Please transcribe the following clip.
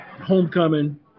homecoming